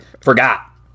forgot